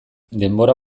denbora